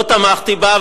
לא תמכתי בה,